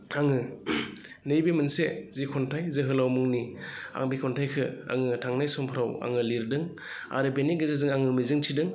आङो नैबे मोनसे जि खन्थाइ जोहोलाव मुंनि आं बे खन्थाइखो आङो थांनाय समफोराव आङो लिरदों आरो बेनि गेजेरजों आङो मिजिंथिदों